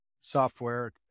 software